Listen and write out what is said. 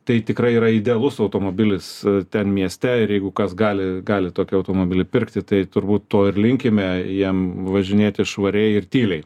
tai tikrai yra idealus automobilis ten mieste ir jeigu kas gali gali tokį automobilį pirkti tai turbūt to ir linkime jiem važinėti švariai ir tyliai